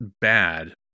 bad